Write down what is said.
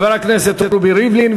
חבר הכנסת רובי ריבלין,